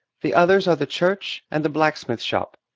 the others are the church and the blacksmith shop.